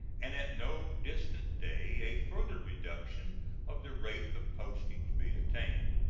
and at no distant day a further reduction of the rate of postage be attained.